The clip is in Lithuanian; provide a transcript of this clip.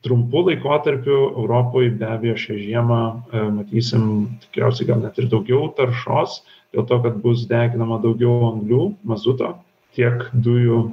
trumpu laikotarpiu europoj be abejo šią žiemą matysim tikriausiai gal net ir daugiau taršos dėl to kad bus deginama daugiau anglių mazuto tiek dujų